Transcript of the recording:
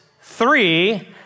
three